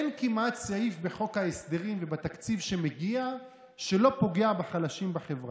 אין כמעט סעיף בחוק ההסדרים ובתקציב שמגיע שלא פוגע בחלשים בחברה.